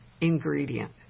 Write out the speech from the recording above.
ingredient